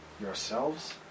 yourselves